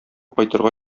кайтырга